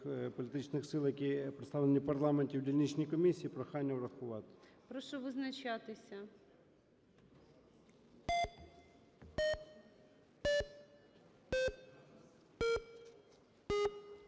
політичних сил, які представлені в парламенті в дільничній комісії. Прохання врахувати. ГОЛОВУЮЧИЙ. Прошу визначатися.